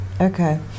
okay